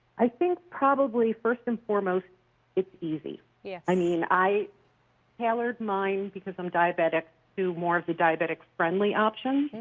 i think probably first and foremost it's easy. yeah i mean, i tailored mine because i'm diabetic to more of the diabetic friendly options.